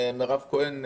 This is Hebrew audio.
מירב כהן,